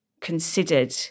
considered